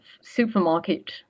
supermarket